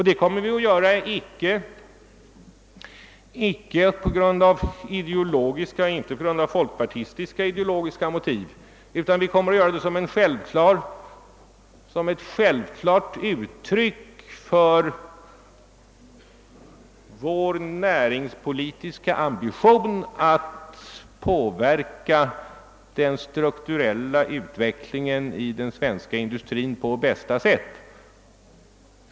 Det kommer vi att göra icke av folkpartistiska ideologiska motiv, utan vi kommer att göra det som ett självklart uttryck för vår näringspolitiska ambition att påverka den strukturella utvecklingen i den svenska industrin på bästa sätt.